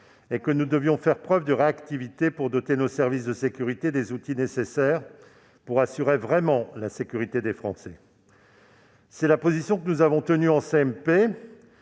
la garde, mais faire preuve de réactivité pour doter nos services de sécurité des outils nécessaires pour assurer réellement la sécurité des Français. C'est la position que nous avons tenue en